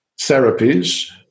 therapies